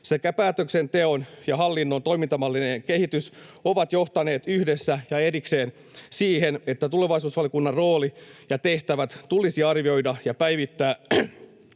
sekä päätöksenteon ja hallinnon toimintamallien kehitys ovat johtaneet yhdessä ja erikseen siihen, että tulevaisuusvaliokunnan rooli ja tehtävät tulisi arvioida ja päivittää